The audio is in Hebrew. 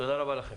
תודה רבה לכם.